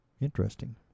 Interesting